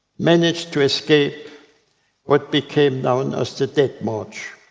managed to escape what became known as the death march.